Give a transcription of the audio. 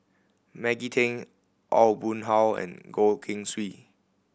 Maggie Teng Aw Boon Haw and Goh Keng Swee